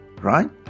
right